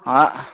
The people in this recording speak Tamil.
ஆ